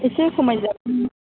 एसे खमाय जागोन